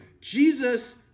Jesus